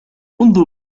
أنظر